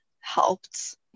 helped